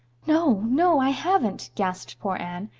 no, no, i haven't, gasped poor anne.